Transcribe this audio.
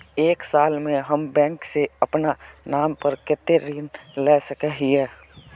एक साल में हम बैंक से अपना नाम पर कते ऋण ला सके हिय?